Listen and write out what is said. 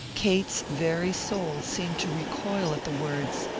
kate's very soul seemed to recoil at the words,